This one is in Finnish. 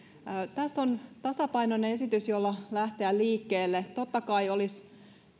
tässä on tasapainoinen esitys jolla lähteä liikkeelle totta kai olisi